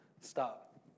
Stop